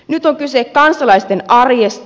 nyt on kyse kansalaisten arjesta